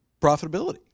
profitability